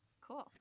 Cool